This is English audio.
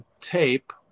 tape